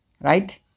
Right